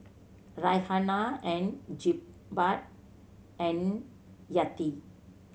Raihana and Jebat and Yati